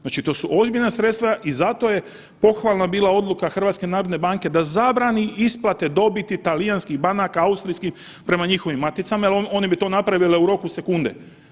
Znači, to su ozbiljna sredstva i zato je pohvalna bila odluka HNB-a da zabrani isplate dobiti talijanskih banaka, austrijskih, prema njihovim maticama jel one bi to napravile u roku sekunde.